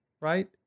right